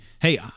Hey